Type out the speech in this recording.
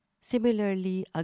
Similarly